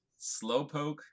Slowpoke